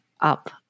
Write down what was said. up